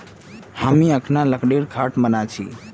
हामी अखना लकड़ीर खाट बना छि